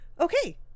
okay